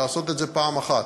לעשות את זה פעם אחת,